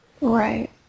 Right